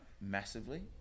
massively